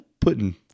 putting